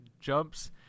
jumps